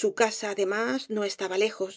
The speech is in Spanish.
su casa además no estaba lejos